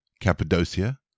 Cappadocia